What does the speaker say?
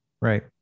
Right